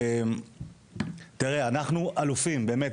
תראה, אנחנו אלופים, באמת.